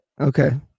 Okay